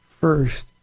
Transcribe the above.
first